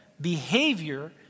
Behavior